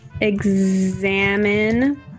Examine